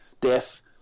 death